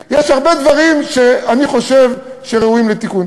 יש הרבה דברים שאני חושב שהם ראויים לתיקון.